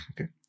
Okay